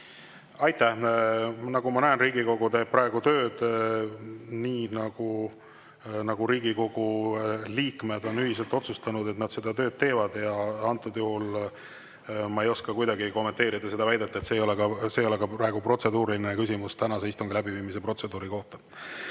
Aitäh! Nagu ma näen, Riigikogu teeb praegu tööd nii, nagu Riigikogu liikmed on ühiselt otsustanud, et nad seda tööd teevad. Antud juhul ma ei oska kuidagi kommenteerida seda väidet. See ei ole ka protseduuriline küsimus tänase istungi läbiviimise protseduuri kohta. Nii,